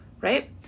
Right